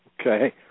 Okay